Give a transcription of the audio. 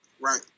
Right